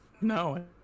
No